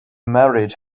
married